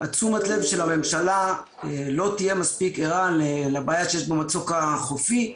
תשומת הלב של הממשלה לא תהיה מספיק ערה לבעיה שיש במצוק החופי.